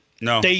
No